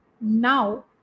now